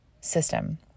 system